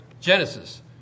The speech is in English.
Genesis